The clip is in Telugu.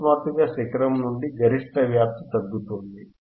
అకస్మాత్తుగా శిఖరం నుండి గరిష్ట వ్యాప్తి తగ్గుతోంది